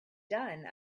done